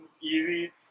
easy